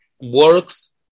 works